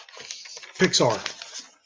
pixar